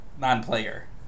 Non-player